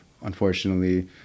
unfortunately